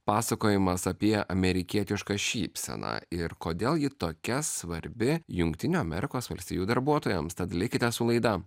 pasakojimas apie amerikietišką šypseną ir kodėl ji tokia svarbi jungtinių amerikos valstijų darbuotojams tad likite su laida